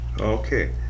Okay